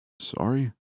Sorry